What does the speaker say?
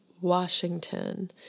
Washington